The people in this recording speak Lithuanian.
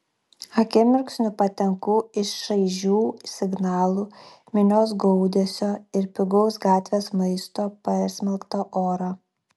akimirksniu patenku į šaižių signalų minios gaudesio ir pigaus gatvės maisto persmelktą orą